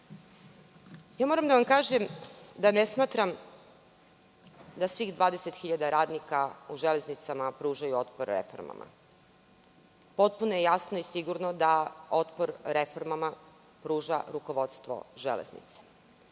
Moram da vam kažem da ne smatram da svih 20.000 radnika u Železnicama pružaju otpor tome. Potpuno je jasno i sigurno da otpor reformama pruža rukovodstva Železnica.